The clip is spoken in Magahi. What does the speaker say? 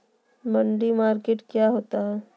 मंडी मार्केटिंग क्या होता है?